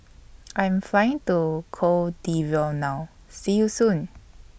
I Am Flying to Cote D'Ivoire now See YOU Soon